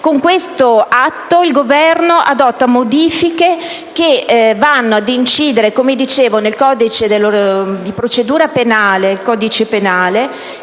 con questo atto il Governo adotta modifiche che vanno a incidere, come dicevo, nel codice di procedura penale